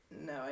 No